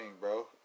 bro